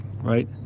right